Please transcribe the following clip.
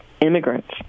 immigrants